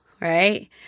right